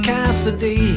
Cassidy